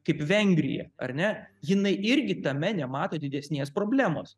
kaip vengrija ar ne jinai irgi tame nemato didesnės problemos